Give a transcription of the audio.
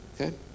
Okay